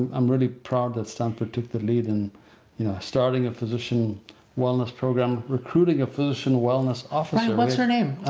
i'm really proud that stanford took the lead in yeah starting a physician wellness program, recruiting a physician wellness officer. what's her name?